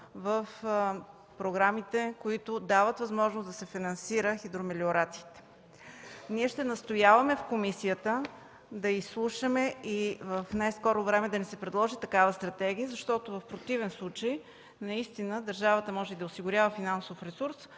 в програмите, които дават възможност да се финансира хидромелиорацията. Ние ще настояваме да изслушаме в комисията и в най-скоро време да ни се предложи такава стратегия, защото в противен случай наистина държавата може да осигурява финансов ресурс,